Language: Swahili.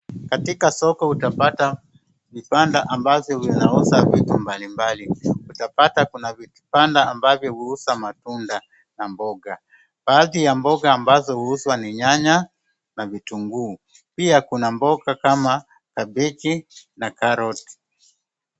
KAtika soko utapata vibanda ambavyo vinauza vitu mbalimbali, utapata kuna vibamnda ambavyo huuza matunda na mboga. Baadhi ya mboga ambazo huuzwa ni nyanya na vitunguu. Pia kuna mboga kama kabeji na karot.